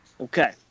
Okay